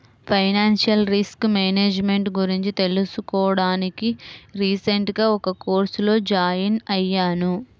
financial risk management గురించి తెలుసుకోడానికి recent గా ఒక కోర్సులో జాయిన్ అయ్యాను